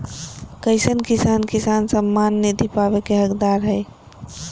कईसन किसान किसान सम्मान निधि पावे के हकदार हय?